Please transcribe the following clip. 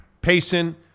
Payson